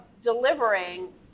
delivering